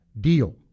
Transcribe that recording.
deal